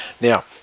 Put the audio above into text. Now